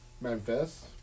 Memphis